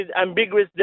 ambiguous